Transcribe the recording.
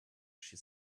she